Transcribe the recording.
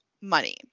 money